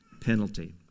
penalty